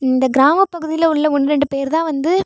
இந்த கிராமப்பகுதியில் உள்ள ஒன்று ரெண்டுபேர் தான் வந்து